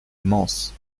manses